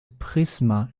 prisma